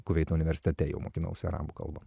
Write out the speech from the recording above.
kuveito universitete jau mokinausi arabų kalbą